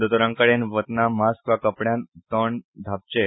दोतोराकडे वतनां मास्क वा कपड्यान तोंड धांपचें